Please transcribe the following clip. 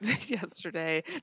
Yesterday